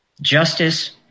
justice